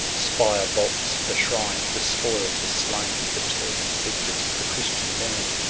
spire, vaults, the shrine, the spoil, the slaitiy the turbaned victors, the christian band.